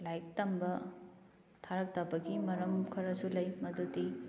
ꯂꯥꯏꯔꯤꯛ ꯇꯝꯕ ꯊꯥꯔꯛꯇꯕꯒꯤ ꯃꯔꯝ ꯈꯔꯁꯨ ꯂꯩ ꯃꯗꯨꯗꯤ